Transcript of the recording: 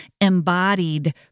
embodied